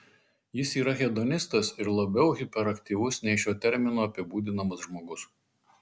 jis yra hedonistas ir labiau hiperaktyvus nei šiuo terminu apibūdinamas žmogus